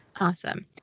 Awesome